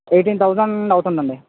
eighteen thousand అవుతుంది అండి